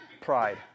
pride